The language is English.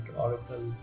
Oracle